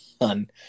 on